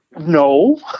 No